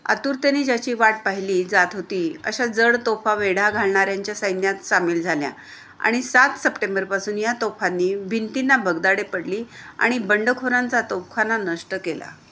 आतुरतने ज्याची वाट पाहिली जात होती अशा जड तोफा वेढा घालणाऱ्यांच्या सैन्यात सामील झाल्या आणि सात सप्टेंबरपासून या तोफांनी भिंतींना भगदाडे पडली आणि बंडखोरांचा तोफखाना नष्ट केला